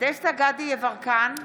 דסטה גדי יברקן,